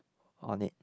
on it